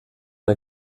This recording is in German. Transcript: der